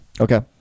Okay